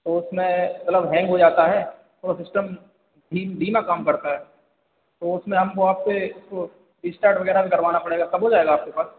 तो उसमें मतलब हैंग हो जाता है तो सिस्टम धीम धीमा काम करता है तो उसमें हम वहाँ पर वह स्टार्ट वगैरह भी करवाना पड़ेगा सब हो जाएगा आपके पास